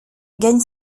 gagne